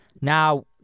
Now